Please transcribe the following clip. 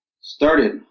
started